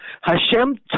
Hashem